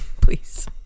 please